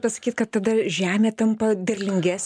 tad sakyti kad tada žemė tampa derlingesnė